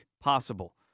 possible